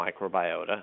microbiota